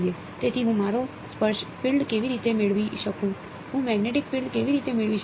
તેથી હું મારો સ્પર્શ ફીલ્ડ કેવી રીતે મેળવી શકું હું મેગ્નેટિક ફીલ્ડ કેવી રીતે મેળવી શકું